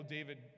David